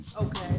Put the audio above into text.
Okay